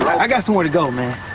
i got somewhere to go, man.